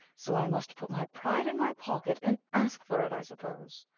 so i must put my pride in my pocket and ask for it, i suppose.